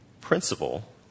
principle